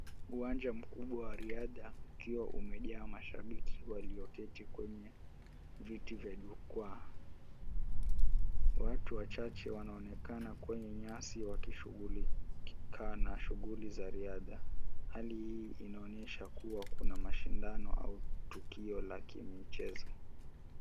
Uwanja mkubwa wa riadha ukiwa umejaa mashabiki walioketi kwenye viti vya jukwaa. Watu wachache wanaonekana kwenye nyasi wakishughulika na shughuli za riadha. Hali hii inaonyesha kuwa kuna mashindano au tukio la kimichezo.